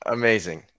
amazing